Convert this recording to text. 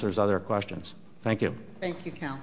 there's other questions thank you thank you